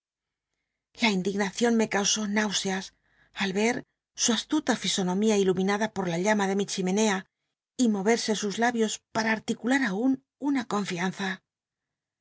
la indignacion me causó ntiuseas al ver su astu ta fisonomía iluminada por la llama de mi chimenea y moverse sus labios para articular aun una confianza